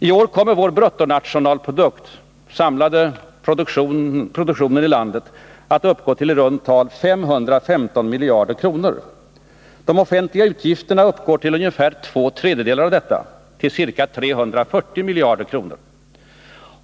I år kommer vår bruttonationalprodukt — den samlade produktionen i landet — att uppgå till i runda tal 515 miljarder kronor. De offentliga utgifterna uppgår till ungefär två tredjedelar av detta, till ca 340 miljarder kronor.